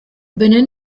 benin